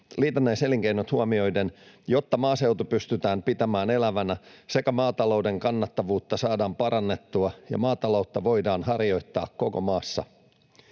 liitännäiselinkeinot huomioiden, jotta maaseutu pystytään pitämään elävänä sekä maatalouden kannattavuutta saadaan parannettua ja maataloutta voidaan harjoittaa koko maassa.